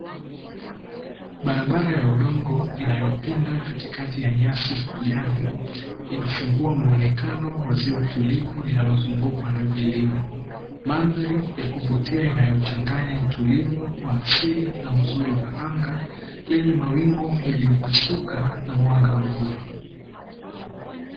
Barabara ya udongo inayopinda katikati ya nyasi za kijani inafungua muonekano wa ziwa tulivu linalozungukwa na vilima, mandhari ya kuvutia inayochanganya utulivu wa asili na uzuri wa anga lenye mawingu yaliyopasuka na mwanga wa jua.